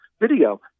video